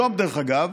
היום, דרך אגב,